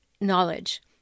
knowledge